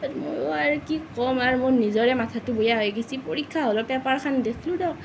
মই আৰু কি ক'ম আৰু মোৰ নিজৰে মাথাটো বেয়া হৈ গৈছে পৰীক্ষা হলত পেপাৰখন দেখি দিয়ক